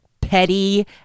petty